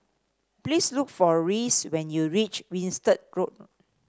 please look for Reese when you reach Winstedt Road